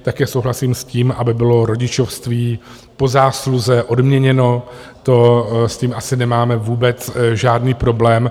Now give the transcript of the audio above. Také souhlasím s tím, aby bylo rodičovství po zásluze odměněno, s tím asi nemáme vůbec žádný problém.